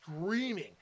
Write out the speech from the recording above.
screaming